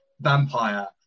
vampire